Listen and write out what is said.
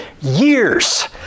years